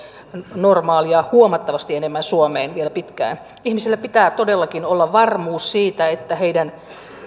normaalia huomattavasti enemmän suomeen vielä pitkään ihmisillä pitää todellakin olla varmuus siitä että heidän